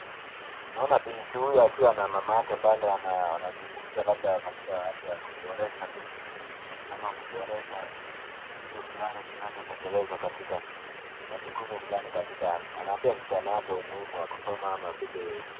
Naona binti huyu wakiwa na mamake pale wanaungumza labda katika hali ya kuboresha lugha ama kuboresha kitu fulani kinacho tekelezwa katika majukumu fulani katika, anaambia msichana wake umuhimu wa kusoma ama vile..